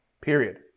period